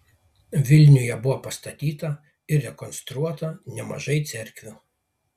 vilniuje buvo pastatyta ir rekonstruota nemažai cerkvių